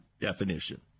definition